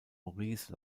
maurice